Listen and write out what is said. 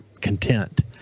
content